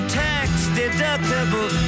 tax-deductible